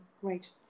Great